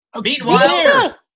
Meanwhile